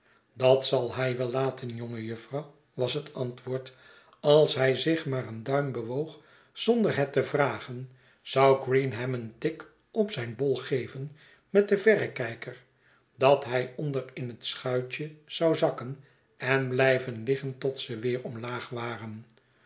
dat zal hij wel laten jonge juffer was het antwoord als hij zich maar een duim bewoog zonder het te vragen zou green hem een tik op zijn bol geven met den verrekijker dat hij onder in het schuitje zou zakken en blijven liggen tot ze weer omlaag waren